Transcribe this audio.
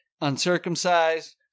uncircumcised